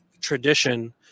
tradition